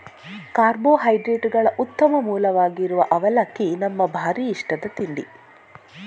ಕಾರ್ಬೋಹೈಡ್ರೇಟುಗಳ ಉತ್ತಮ ಮೂಲವಾಗಿರುವ ಅವಲಕ್ಕಿ ನಮ್ಮ ಭಾರೀ ಇಷ್ಟದ ತಿಂಡಿ